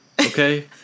Okay